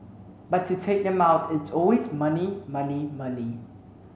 but to take them out it's always money money money